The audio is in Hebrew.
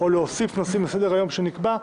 או להוסיף נושאים לסדר היום שנקבע,